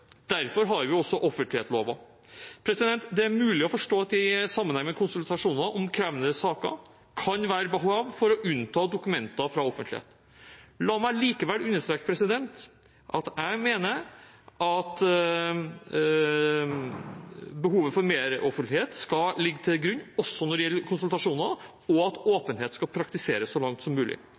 Derfor har vi også offentleglova. Det er mulig å forstå at det i sammenheng med konsultasjoner om krevende saker kan være behov for å unnta dokumenter fra offentligheten. La meg likevel understreke at jeg mener behovet for mer offentlighet skal ligge til grunn også når det gjelder konsultasjoner, og at åpenhet skal praktiseres så langt som mulig.